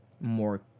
more